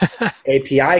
API